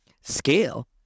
scale